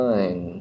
Nine